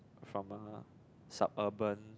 from a suburban